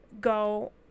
go